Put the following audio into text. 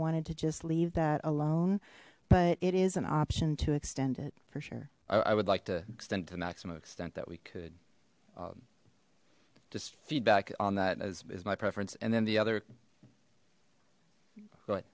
wanted to just leave that alone but it is an option to extend it for sure i would like to extend to maximum extent that we could just feedback on that as is my preference and then the other